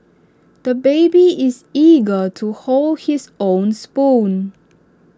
the baby is eager to hold his own spoon